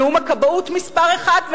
ונאום הכבאות מס' 1,